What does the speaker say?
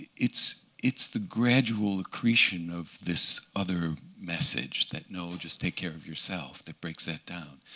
it's it's the gradual accretion of this other message that no, just take care of yourself that breaks that down.